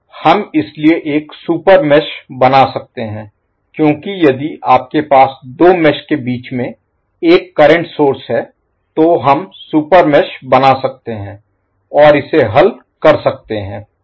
हम इसलिए एक सुपर मेष बना सकते हैं क्योंकि यदि आपके पास दो मेष के बीच में एक करंट सोर्स स्रोत Source है तो हम सुपर मेष बना सकते हैं और इसे हल कर सकते हैं